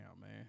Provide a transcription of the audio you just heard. man